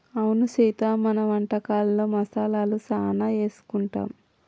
అవును సీత మన వంటకాలలో మసాలాలు సానా ఏసుకుంటాం